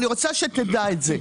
אני רוצה שתדע את זה.